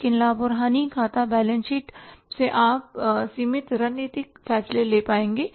लेकिन लाभ और हानि खाताबैलेंस शीट से आप सीमित गैर रणनीतिक फैसले ले पाएंगे